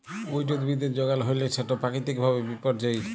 weed উদ্ভিদের যগাল হ্যইলে সেট পাকিতিক ভাবে বিপর্যয়ী